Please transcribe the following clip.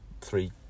three